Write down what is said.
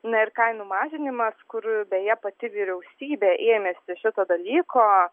na ir kainų mažinimas kur beje pati vyriausybė ėmėsi šito dalyko